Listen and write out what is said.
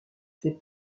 fait